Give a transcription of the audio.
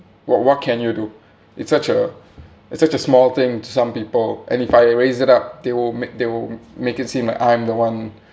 what what can you do it's such a it's such a small thing to some people and if I raise it up they will make they will make it seem like I'm the one